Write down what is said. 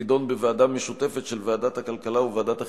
תידון בוועדה משותפת של ועדת הכלכלה וועדת החינוך,